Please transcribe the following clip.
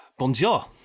Bonjour